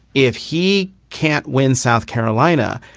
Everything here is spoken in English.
if he can't win south carolina,